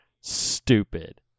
stupid